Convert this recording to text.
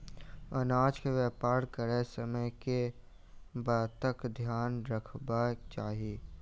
अनाज केँ व्यापार करैत समय केँ बातक ध्यान रखबाक चाहि?